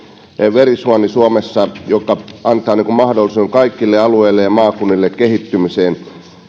verisuoni suomessa joka antaa mahdollisuuden kaikille alueille ja maakunnille kehittymiseen